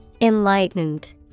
Enlightened